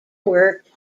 worked